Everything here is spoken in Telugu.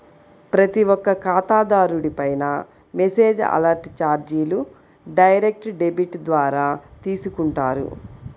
ప్రతి ఒక్క ఖాతాదారుడిపైనా మెసేజ్ అలర్ట్ చార్జీలు డైరెక్ట్ డెబిట్ ద్వారా తీసుకుంటారు